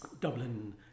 Dublin